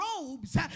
robes